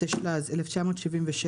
התשל"ז-1977,